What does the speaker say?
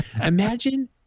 Imagine